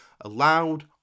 allowed